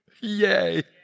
Yay